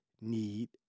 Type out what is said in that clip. need